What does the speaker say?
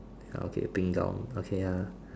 okay pink door okay ah